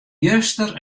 juster